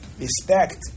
Respect